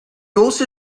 also